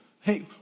Hey